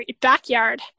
backyard